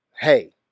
hey